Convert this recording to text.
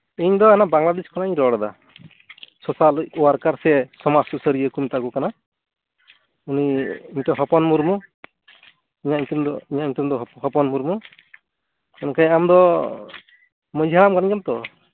ᱤᱧᱫᱚ ᱚᱱᱟ ᱵᱟᱝᱞᱟᱫᱮᱥ ᱠᱷᱚᱱᱟᱧ ᱤᱧ ᱨᱚᱲ ᱮᱫᱟ ᱥᱳᱥᱟᱞ ᱳᱟᱨᱠᱟᱨ ᱥᱮ ᱥᱚᱢᱟᱡᱽ ᱥᱩᱥᱟᱹᱨᱤᱭᱟᱹ ᱠᱚ ᱢᱮᱛᱟ ᱠᱚ ᱠᱟᱱᱟ ᱩᱱᱤ ᱦᱚᱯᱚᱱ ᱢᱩᱨᱢᱩ ᱤᱧᱟᱹᱜ ᱧᱩᱛᱩᱢ ᱫᱚ ᱤᱧᱟᱹᱜ ᱧᱩᱛᱩᱢ ᱫᱚ ᱦᱚᱯᱚᱱ ᱢᱩᱨᱢᱩ ᱜᱚᱢᱠᱮ ᱟᱢᱫᱚ ᱢᱟᱺᱡᱷᱤ ᱦᱟᱲᱟᱢ ᱠᱟᱱ ᱜᱮᱭᱟᱢ ᱛᱚ